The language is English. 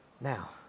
Now